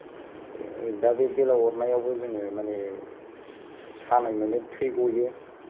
दा बे बेद्लाव अरनायावबो जोङो माने सानाय मोनो थै गयो